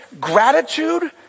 gratitude